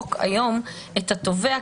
בחוק היום את התובע,